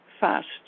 fast